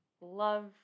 love